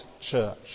church